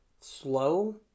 slow